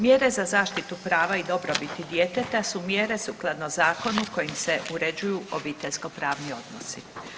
Mjere za zaštitu prava i dobrobiti djeteta su mjere sukladno zakonu kojim se uređuju obiteljsko pravni odnosi.